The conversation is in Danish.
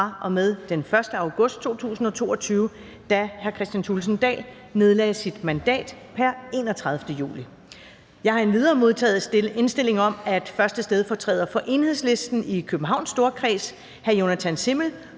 fra og med den 1. august 2022, da Kristian Thulesen Dahl nedlagde sit mandat pr. 31. juli 2022. Jeg har endvidere modtaget indstilling om, at 1. stedfortræder for Enhedslisten i Københavns Storkreds, Jonathan Simmel,